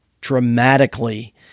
dramatically